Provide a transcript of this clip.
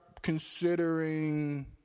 Considering